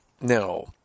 no